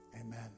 Amen